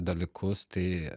dalykus tai